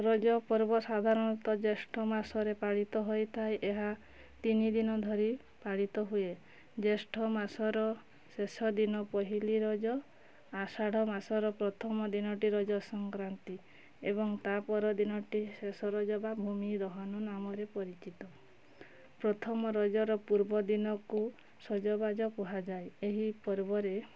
ରଜପର୍ବ ସାଧାରଣତ ଜ୍ୟେଷ୍ଠ ମାସରେ ପାଳିତ ହୋଇଥାଏ ଏହା ତିନିଦିନ ଧରି ପାଳିତ ହୁଏ ଜ୍ୟେଷ୍ଠ ମାସର ଶେଷଦିନ ପହିଲି ରଜ ଆଷାଢ଼ ମାସର ପ୍ରଥମ ଦିନଟି ରଜ ସଂକ୍ରାନ୍ତି ଏବଂ ତା ପରଦିନଟି ଶେଷ ରଜ ବା ଭୂମି ଦହନ ନାମରେ ପରିଚିତ ପ୍ରଥମ ରଜର ପୂର୍ବଦିନକୁ ସଜବାଜ କୁହାଯାଏ ଏହି ପର୍ବରେ